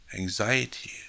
anxiety